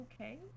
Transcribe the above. okay